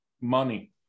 Money